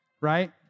right